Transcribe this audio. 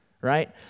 right